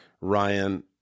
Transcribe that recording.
ryan